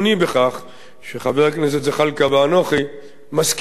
שחבר הכנסת זחאלקה ואנוכי מסכימים בעניין